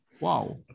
Wow